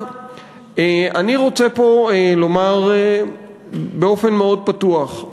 אני רוצה פה לומר באופן מאוד פתוח,